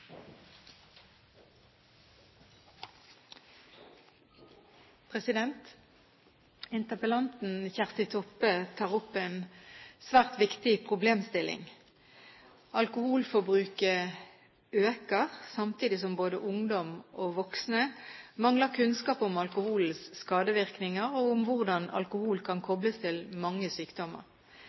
Interpellanten Kjersti Toppe tar opp en svært viktig problemstilling. Alkoholforbruket øker samtidig som både ungdom og voksne mangler kunnskap om alkoholens skadevirkninger, og om hvordan alkohol kan kobles til mange sykdommer.